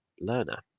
learner